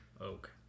oak